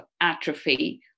atrophy